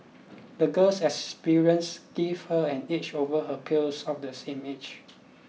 the girl's experience give her an edge over her peers of the same age